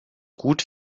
gut